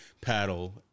paddle